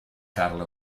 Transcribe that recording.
karl